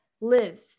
Live